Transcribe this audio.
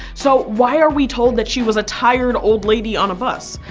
so why are we told that she was a tired old lady on a bus?